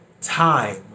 time